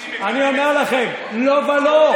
אני אומר לכם, לא ולא.